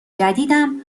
جدیدم